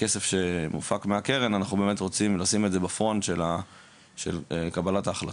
בכסף שמופק מהקרן אנחנו באמת רוצים לשים את זה בפרונט של קבלת ההחלטות.